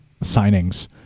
signings